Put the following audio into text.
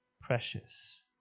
precious